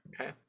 Okay